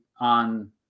on